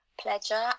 pleasure